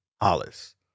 Hollis